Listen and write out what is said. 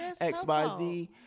xyz